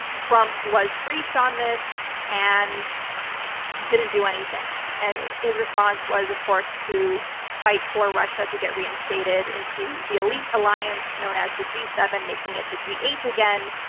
trump was briefed on this and didn't do anything. and his response was of course, to fight for russia to get reinstated into the elite alliance known as the g seven, making it the g eight again.